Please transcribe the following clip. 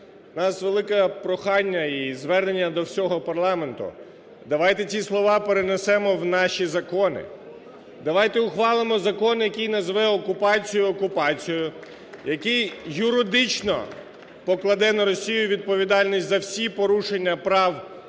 У нас велике прохання і звернення до всього парламенту: давайте ті слова перенесемо в наші закони, давайте ухвалимо закон, який назве окупацію окупацією, який юридично покладе на Росію відповідальність за всі порушення прав